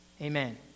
Amen